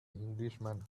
englishman